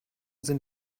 sind